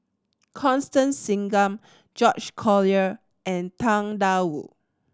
Constance Singam George Collyer and Tang Da Wu